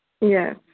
Yes